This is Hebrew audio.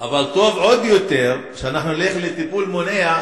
אבל טוב עוד יותר שאנחנו נלך לטיפול מונע,